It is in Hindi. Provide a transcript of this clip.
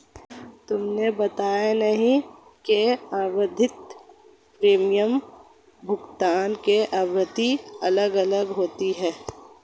तुमने बताया नहीं कि आवधिक प्रीमियम भुगतान की आवृत्ति अलग अलग होती है